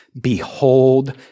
behold